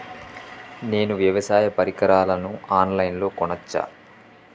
నేను వ్యవసాయ పరికరాలను ఆన్ లైన్ లో కొనచ్చా?